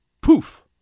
Poof